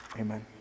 amen